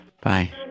Bye